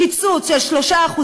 קיצוץ של 3%,